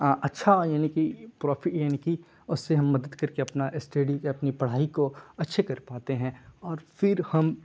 اچھا یعنی کہ یعنی کہ اس سے ہم مدد کر کے اپنا اسٹڈی یا اپنی پڑھائی کو اچھے کر پاتے ہیں اور پھر ہم